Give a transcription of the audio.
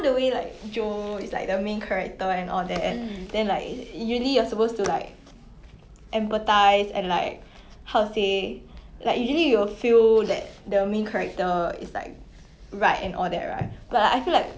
she puts aside her love life